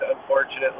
unfortunately